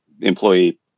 employee